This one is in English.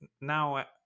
now